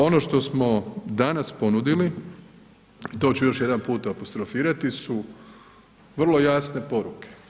Ono što smo danas ponudili to ću još jedanput apostrofirati su vrlo jasne poruke.